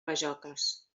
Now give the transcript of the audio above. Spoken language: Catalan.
bajoques